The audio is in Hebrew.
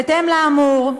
בהתאם לאמור,